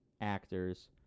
actors